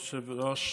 כבוד היושב-ראש,